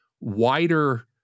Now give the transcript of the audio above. wider